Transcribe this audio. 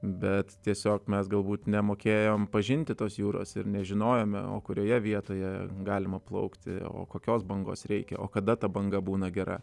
bet tiesiog mes galbūt nemokėjom pažinti tos jūros ir nežinojome o kurioje vietoje galima plaukti o kokios bangos reikia o kada ta banga būna gera